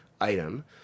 item